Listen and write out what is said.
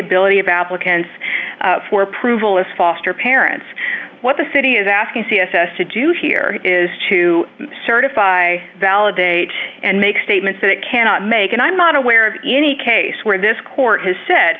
ability of applicants for approval as foster parents what the city is asking c s s to do here is to certify validate and make statements that it cannot make and i'm not aware of any case where this court has said